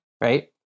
Right